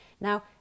Now